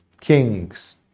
kings